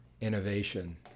innovation